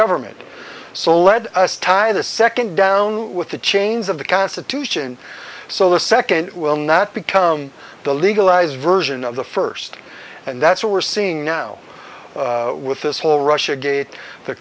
government so lead us tie the second down with the chains of the constitution so the second will not become the legalized version of the first and that's what we're seeing now with this whole russia gate the